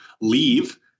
leave